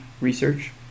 Research